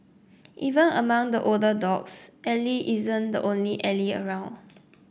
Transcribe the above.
even among the older dogs Ally isn't the only Ally around